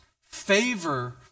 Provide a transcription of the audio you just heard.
favor